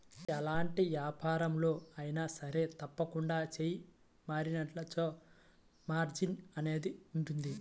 ఎలాంటి వ్యాపారంలో అయినా సరే తప్పకుండా చెయ్యి మారినచోటల్లా మార్జిన్ అనేది ఉంటది